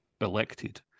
elected